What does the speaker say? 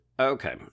Okay